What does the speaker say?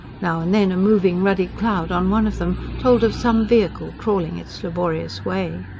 now and then a moving ruddy cloud on one of them told of some vehicle crawling its laborious way.